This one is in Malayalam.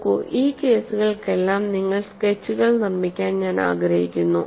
നോക്കൂ ഈ കേസുകൾക്കെല്ലാം നിങ്ങൾ സ്കെച്ചുകൾ നിർമ്മിക്കാൻ ഞാൻ ആഗ്രഹിക്കുന്നു